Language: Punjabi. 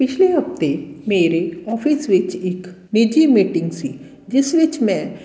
ਪਿਛਲੇ ਹਫਤੇ ਮੇਰੇ ਔਫਿਸ ਵਿੱਚ ਇੱਕ ਨਿੱਜੀ ਮੀਟਿੰਗ ਸੀ ਜਿਸ ਵਿੱਚ ਮੈਂ